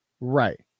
right